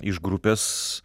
iš grupės